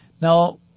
Now